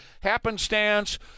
happenstance